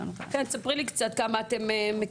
ספרי לי קצת כמה מפוקחים.